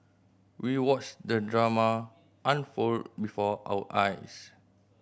we watched the drama unfold before our eyes